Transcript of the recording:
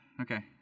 okay